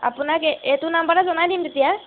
আপোনাক এ এইটো নাম্বাৰতে জনাই দিম তেতিয়া